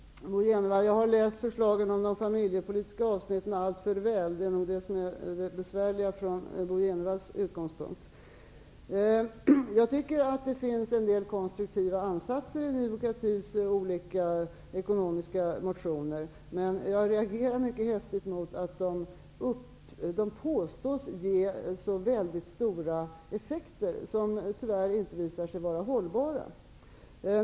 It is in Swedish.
Herr talman! Bo Jenevall, jag har läst förslagen om de familjepolitiska avsnitten alltför väl. Det är det som är det besvärliga från Bo Jenevalls utgångspunkt. Jag tycker att det finns en del konstruktiva ansatser i Ny demokratis olika ekonomiska motioner. Men jag reagerar mycket häftigt mot att de påstås ge så väldigt stora effekter, som tyvärr inte visar sig vara hållbara.